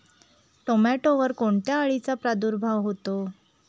टोमॅटोवर कोणत्या अळीचा प्रादुर्भाव होतो?